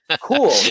Cool